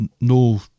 no